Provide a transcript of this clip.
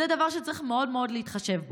זה דבר שצריך מאוד מאוד להתחשב בו.